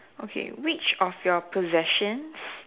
okay which of your possessions